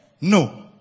no